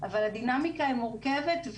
אבל הדינמיקה היא מורכבת,